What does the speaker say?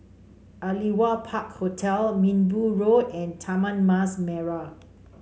Aliwal Park Hotel Minbu Road and Taman Mas Merah